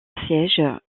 sièges